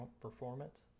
performance